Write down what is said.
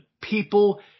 people